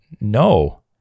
No